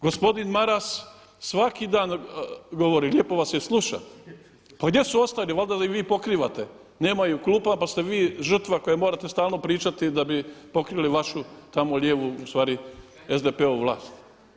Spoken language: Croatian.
Gospodin Maras svaki dan govori, lijepo vas je slušat, pa gdje su ostali, valjda ih vi pokrivate, nemaju klupa pa ste vi žrtva koja morate stalno pričati da bi pokrili vašu tamo lijevu, ustvari SDP-ovu vlast.